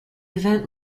event